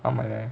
I like